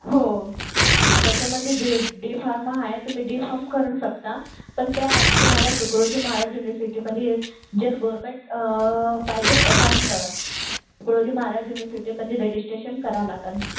हो त्याच्यामध्ये D D pharma आहे तुम्ही डी फाम करू शकता पण त्याआधी तुम्हाला तुकडोजी महाराज युनिव्हर्सिटीमध्ये जर गोर्मेन्ट पाहिजे असेल तर तुकडोजी महाराज युनिव्हर्सिटीमध्ये रजिस्ट्रेशन करावे लागेल